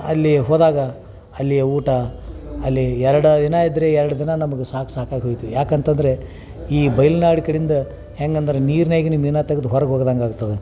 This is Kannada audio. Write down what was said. ಅಲ್ಲಿ ಹೋದಾಗ ಅಲ್ಲಿಯ ಊಟ ಅಲ್ಲಿ ಎರಡು ದಿನ ಇದ್ದರೆ ಎರಡು ದಿನ ನಮಗೆ ಸಾಕು ಸಾಕಾಗೋಯಿತು ಏಕಂತಂದ್ರೆ ಈ ಬಯ್ಲ್ನಾಡು ಕಡಿಂದ ಹೆಂಗ್ ಅಂದರೆ ನೀರ್ನಾಗಿನ ಮೀನು ತಗ್ದು ಹೊರ್ಗೆ ಒಗ್ದಂಗೆ ಆಗ್ತದೆ